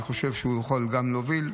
אני חושב שהוא יכול גם להוביל.